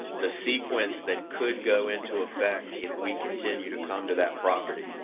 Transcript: the sequence that could go into effect if we continue to come to that property.